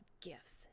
gifts